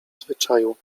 zwyczaju